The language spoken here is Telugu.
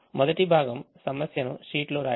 మొదటి భాగం సమస్యను షీట్లో రాయడం